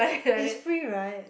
is free right